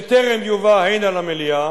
בטרם יובא הנה למליאה,